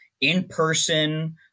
in-person